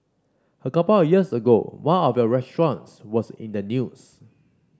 a couple of years ago one of your restaurants was in the news